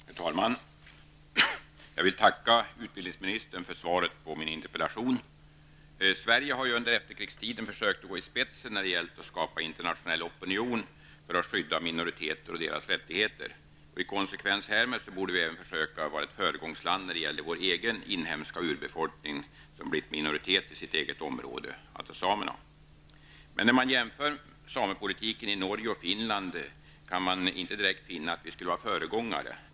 Herr talman! Jag vill tacka utbildningsministern för svaret på min interpellation. Sverige har under efterkrigstiden försökt gå i spetsen när det gällt att skapa internationell opinion för att skydda minoriteter och deras rättigheter. I konsekvens härmed borde vi även försöka vara ett föregångsland när det gäller vår egen inhemska urbefolkning som blivit minoritet i sitt eget område, alltså samerna. Men när man jämför samepolitiken i Norge och Finland kan man inte direkt finna att vi skulle vara föregångare.